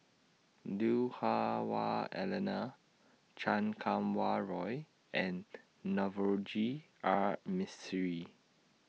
Lui Hah Wah Elena Chan Kum Wah Roy and Navroji R Mistri